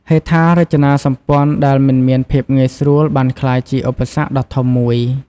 ហេដ្ឋារចនាសម្ព័ន្ធដែលមិនមានភាពងាយស្រួលបានក្លាយជាឧបសគ្គដ៏ធំមួយ។